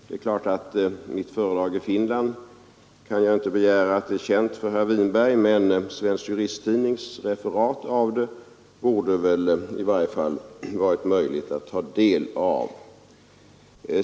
Det är klart att mitt föredrag i Finland kan jag inte begära skall vara känt för herr Winberg, men Svensk Juristtidnings referat av det borde väl herr Winberg i alla fall ha haft möjlighet att ta del av.